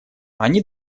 они